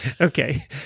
Okay